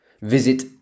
Visit